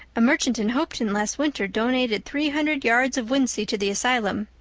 a merchant in hopeton last winter donated three hundred yards of wincey to the asylum.